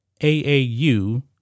AAU